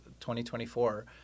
2024